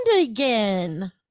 again